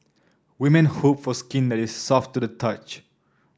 women hope for skin that is soft to the touch